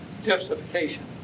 justification